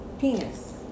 penis